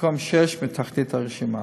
מקום שישי מתחתית הרשימה.